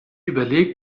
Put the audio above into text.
überlegt